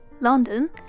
London